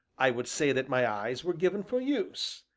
i would say that my eyes were given for use,